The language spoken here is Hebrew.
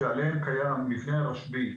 שעליהם קיים מבנה הרשב"י,